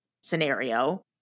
scenario